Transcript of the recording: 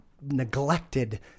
neglected